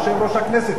יושב-ראש הכנסת,